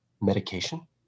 medication